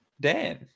Dan